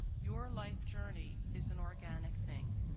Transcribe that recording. your life journey is an organic thing,